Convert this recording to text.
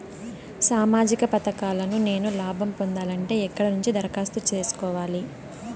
సామాజిక పథకాలను నేను లాభం పొందాలంటే ఎక్కడ నుంచి దరఖాస్తు సేసుకోవాలి?